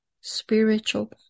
spiritual